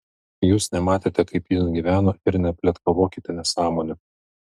jūs nematėte kaip jis gyveno ir nepletkavokite nesąmonių